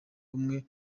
bumwe